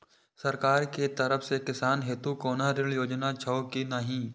सरकार के तरफ से किसान हेतू कोना ऋण योजना छै कि नहिं?